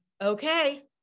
okay